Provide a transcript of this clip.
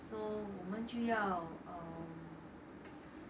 so 我们就要 um